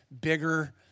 bigger